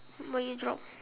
what you drop